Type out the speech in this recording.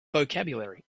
vocabulary